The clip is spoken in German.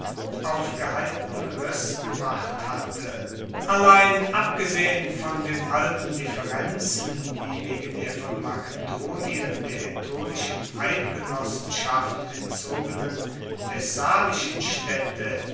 aufgeheilten riss gemacht hatte allein abgesehen von den alten differenzen die wegen der von makedonien der aetolischen eidgenossenschaft entzogenen thessalischen staedte